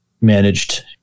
managed